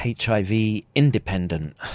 HIV-independent